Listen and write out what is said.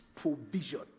provision